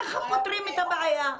ככה פותרים את הבעיה.